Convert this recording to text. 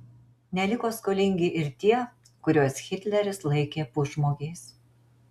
neliko skolingi ir tie kuriuos hitleris laikė pusžmogiais